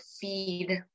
feed